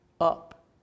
up